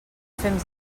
fems